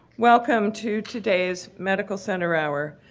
welcome to today's medical center hour.